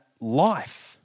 life